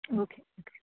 okay okay